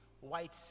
white